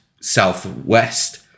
southwest